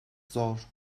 zor